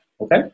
okay